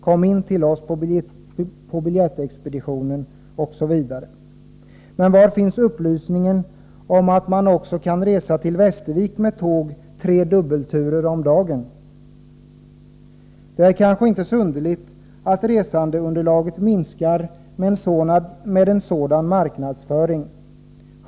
Kom in till oss på biljettexpeditionen ——=.” Med en sådan marknadsföring är det kanske inte så underligt att resandeunderlaget minskar.